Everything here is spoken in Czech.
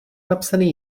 napsaný